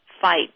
fight